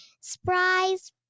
surprise